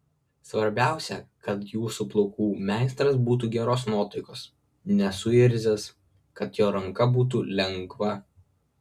svarbiausia kad jūsų plaukų meistras būtų geros nuotaikos nesuirzęs kad jo ranka būtų lengva